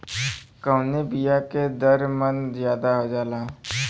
कवने बिया के दर मन ज्यादा जाला?